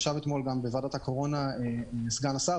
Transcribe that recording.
ישבנו אתמול בוועדת הקורונה עם סגן השר,